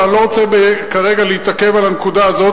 אבל אני לא רוצה כרגע להתעכב על הנקודה הזאת.